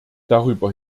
darüber